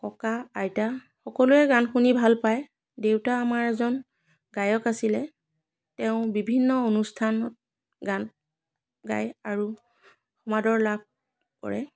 ককা আইতা সকলোৱে গান শুনি ভাল পায় দেউতা আমাৰ এজন গায়ক আছিলে তেওঁ বিভিন্ন অনুষ্ঠানত গান গায় আৰু সমাদৰ লাভ কৰে